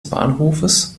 bahnhofes